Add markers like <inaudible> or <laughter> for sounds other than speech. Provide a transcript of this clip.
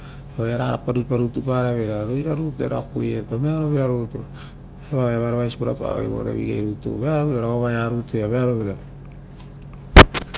Oaia rapa riipa rutu para veira era koueto. Vearovira rutu, evaia vearo vaisi purapa voi vore vigei rutu pa. Vearo vira ovaia rutu ia vea rovira. <noise>